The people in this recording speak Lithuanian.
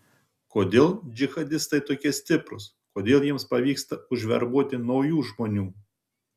kodėl džihadistai tokie stiprūs kodėl jiems pavyksta užverbuoti naujų žmonių